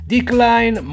Decline